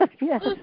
Yes